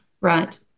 right